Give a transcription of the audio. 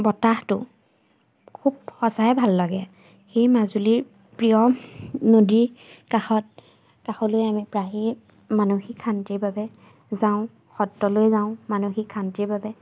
বতাহটো খুব সঁচাই ভাল লাগে সেই মাজুলীৰ প্ৰিয় নদীৰ কাষত কাষলৈ আমি প্ৰায়ে মানসিক শান্তিৰ বাবে যাওঁ সত্ৰলৈ যাওঁ মানসিক শান্তিৰ বাবে